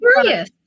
curious